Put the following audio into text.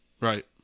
Right